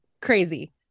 crazy